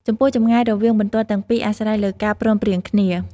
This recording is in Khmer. ចំពោះ ចម្ងាយរវាងបន្ទាត់ទាំងពីរអាស្រ័យលើការព្រមព្រៀងគ្នា ។